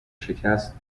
شکست